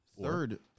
third